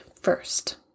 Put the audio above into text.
first